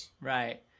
Right